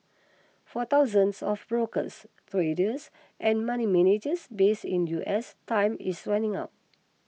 for thousands of brokers traders and money managers base in US time is running out